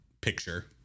picture